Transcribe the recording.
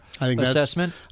assessment